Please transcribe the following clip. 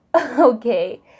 okay